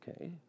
okay